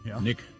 Nick